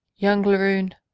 young laroon,